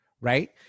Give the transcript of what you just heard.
Right